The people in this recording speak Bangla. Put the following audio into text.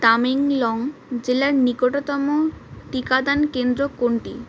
তামেংলং জেলার নিকটতম টিকাদান কেন্দ্র কোনটি